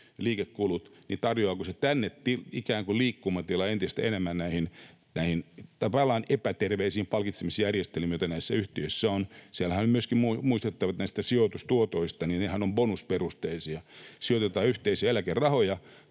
liikekulut? Tarjoaako se tänne ikään kuin liikkumatilaa entistä enemmän, näihin tavallaan epäterveisiin palkitsemisjärjestelmiin, joita näissä yhtiöissä on? Siellähän on myöskin muistettava näistä sijoitustuotoista, että nehän ovat bonusperusteisia. Sijoitetaan yhteisiä eläkerahoja,